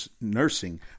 nursing